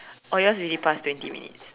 oh yours already passed twenty minutes